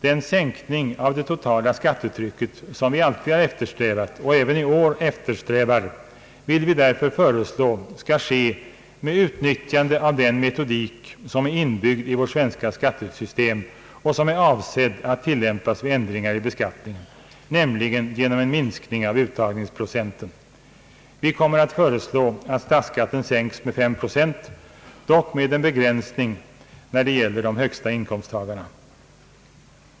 Den sänkning av det totala skattetrycket som vi alltid har eftersträvat och även i år eftersträvar, föreslår vi därför skall ske med utnyttjande av den metodik, som är inbyggd i vårt svenska skattesystem och som är avsedd att tillämpas vid ändringar i beskattningen, nämligen genom en minskning av uttagningsprocenten. Vi kommer att föreslå att statsskatten sänks med 5 procent, dock med en begränsning när det gäller de högsta inkomsttagarna.